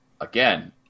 Again